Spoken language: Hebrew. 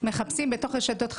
מחפשים בתוך רשתות חברתיות.